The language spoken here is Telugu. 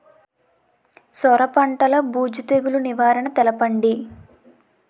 సొర పంటలో బూజు తెగులు నివారణ తెలపండి?